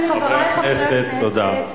תארו לכם, חברי חברי הכנסת, חברי הכנסת, תודה.